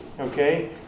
Okay